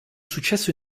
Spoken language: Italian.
successo